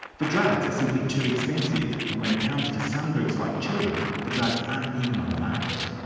the drugs are simply too expensive, and when it comes to some groups like children, the drugs aren't even on the market.